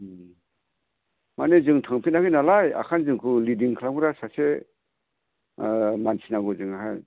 माने जों थांफेराखै नालाय ओंखायनो जोंखौ लिदिं खालामग्रा सासे मानसि नांगौ जोंनोहाय